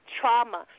trauma